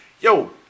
Yo